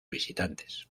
visitantes